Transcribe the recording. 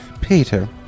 Peter